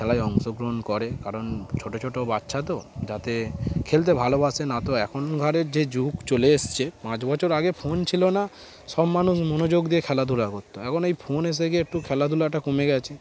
খেলায় অংশগ্রহণ করে কারণ ছোটো ছোটো বাচ্চা তো যাতে খেলতে ভালোবাসে না তো এখন ঘরের যে যুগ চলে এসছে পাঁচ বছর আগে ফোন ছিল না সব মানুষ মনোযোগ দিয়ে খেলাধুলা করতো এখন এই ফোন এসে গিয়ে একটু খেলাধুলাটা কমে গেছে